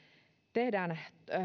tehdään